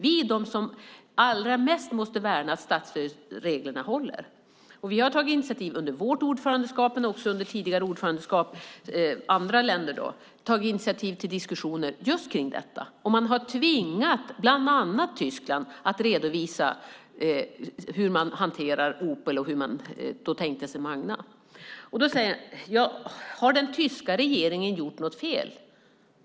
Vi är de som allra mest måste värna att statsstödsreglerna håller. Vi tog initiativ under vårt EU-ordförandeskap och även andra länder har under tidigare ordförandeskap tagit initiativ till diskussioner om just detta. Man har tvingat bland annat Tyskland att redovisa hur de hanterar Opel och hur de hade tänkt hantera Magna. Det frågades om den tyska regeringen gjorde något fel.